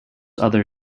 other